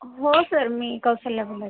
हो सर मी कौसल्या भगत